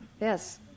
yes